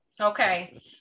okay